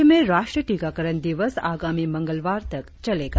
राज्य में राष्ट्रीय टीकाकरण दिवस आगामी मंगलवार तक चलेगा